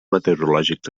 meteorològics